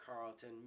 Carlton